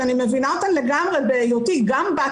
שאני מבינה אותן לגמרי בהיותי גם בת